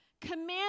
command